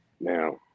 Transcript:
Now